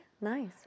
nice